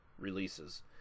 releases